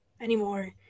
anymore